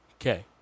okay